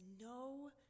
no